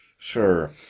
sure